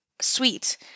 sweet